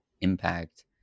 impact